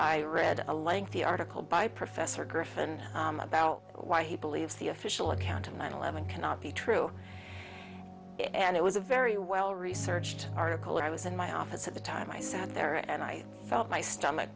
i read a lengthy article by professor griffen about why he believes the official account of nine eleven cannot be true and it was a very well researched article and i was in my office at the time i sat there and i felt my stomach